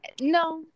No